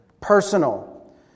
personal